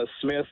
Smith